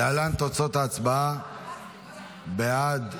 להלן תוצאות ההצבעה: בעד,